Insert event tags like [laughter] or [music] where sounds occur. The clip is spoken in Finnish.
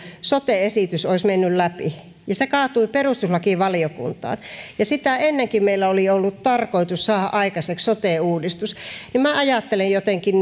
sote esitys olisi mennyt läpi ja se kaatui perustuslakivaliokuntaan ja sitä ennenkin meillä oli ollut tarkoitus saada aikaiseksi sote uudistus ajattelen jotenkin [unintelligible]